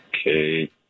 Okay